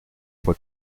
fue